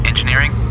Engineering